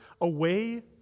away